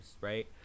right